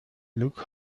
look